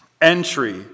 Entry